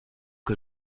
que